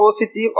positive